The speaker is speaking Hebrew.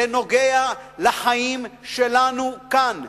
זה נוגע לחיים שלנו כאן.